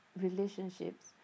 relationships